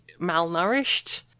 malnourished